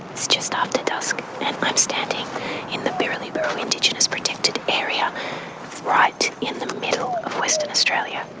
it's just after dusk and i'm standing in the birriliburu indigenous protected area right in the middle of western australia.